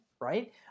right